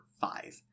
five